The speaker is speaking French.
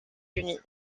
unis